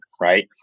Right